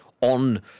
on